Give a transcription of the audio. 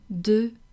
de